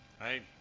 Right